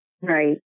Right